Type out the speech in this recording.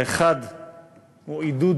האחד הוא עידוד